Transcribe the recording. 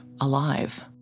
alive